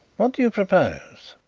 what do you propose?